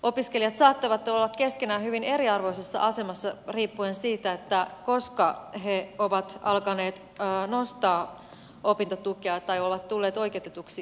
opiskelijat saattavat olla keskenään hyvin eriarvoisessa asemassa riippuen siitä koska he ovat alkaneet nostaa opintotukea tai tulleet oikeutetuiksi opintotukeen